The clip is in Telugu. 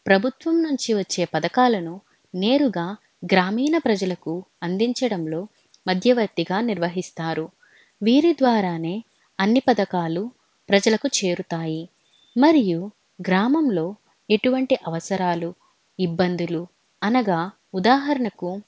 ప్రభుత్వం నుంచి వచ్చే పథకాలను నేరుగా గ్రామీణ ప్రజలకు అందించడంలో మధ్యవర్తిగా నిర్వహిస్తారు వీరి ద్వారానే అన్ని పథకాలు ప్రజలకు చేరుతాయి మరియు గ్రామంలో ఎటువంటి అవసరాలు ఇబ్బందులు అనగా ఉదాహరణకు